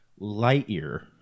Lightyear